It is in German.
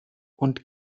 und